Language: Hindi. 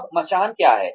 अब मचान क्या है